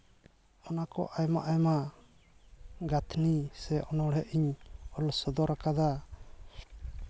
ᱚᱱᱟ ᱠᱚ ᱟᱭᱢᱟ ᱟᱭᱢᱟ ᱜᱟᱹᱛᱷᱱᱤ ᱥᱮ ᱚᱱᱚᱬᱦᱮᱸ ᱤᱧ ᱚᱞ ᱥᱚᱫᱚᱨ ᱠᱟᱫᱟ